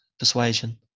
persuasion